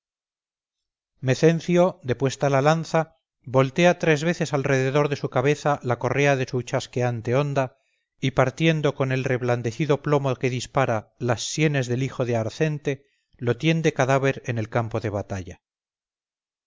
palico mecencio depuesta la lanza voltea tres veces alrededor de su cabeza la correa de su chasqueante honda y partiendo con el reblandecido plomo que dispara las sienes del hijo de arcente lo tiende cadáver en el campo de batalla